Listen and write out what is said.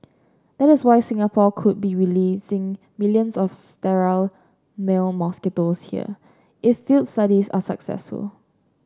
that is why Singapore could be releasing millions of sterile male mosquitoes here if field studies are successful